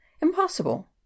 Impossible